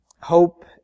Hope